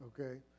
Okay